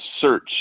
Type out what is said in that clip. search